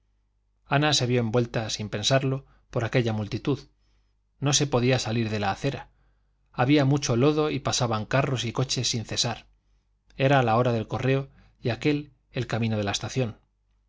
ana se vio envuelta sin pensarlo por aquella multitud no se podía salir de la acera había mucho lodo y pasaban carros y coches sin cesar era la hora del correo y aquel el camino de la estación